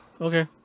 Okay